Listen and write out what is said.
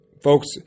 Folks